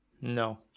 No